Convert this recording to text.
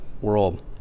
world